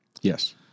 Yes